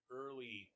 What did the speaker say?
early